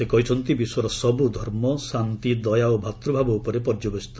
ସେ କହିଛନ୍ତି ବିଶ୍ୱର ସବୁ ଧର୍ମ ଶାନ୍ତି ଦୟା ଓ ଭ୍ରାତୂଭାବ ଉପରେ ପର୍ଯ୍ୟବସିତ